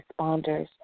responders